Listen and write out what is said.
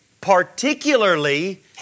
particularly